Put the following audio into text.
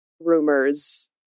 rumors